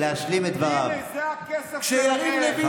דודי, כבר עלית לנו בשני תיקים, לפחות תהיה בשקט.